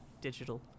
digital